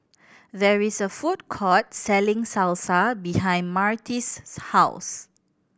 there is a food court selling Salsa behind Martez's house